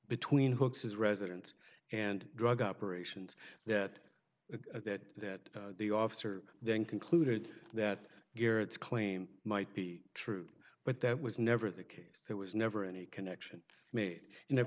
between books his residence and drug operations that that the officer then concluded that garrett's claim might be true but that was never the case there was never any connection made and if